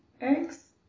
eggs